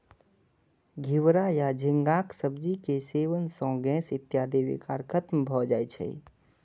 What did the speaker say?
घिवरा या झींगाक सब्जी के सेवन सं गैस इत्यादिक विकार खत्म भए जाए छै